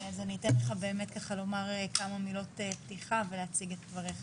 אז אני אתן לך באמת לומר כמה מילות פתיחה ולהציג את דבריך.